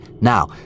Now